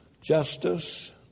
justice